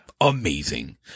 amazing